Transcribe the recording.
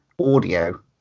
audio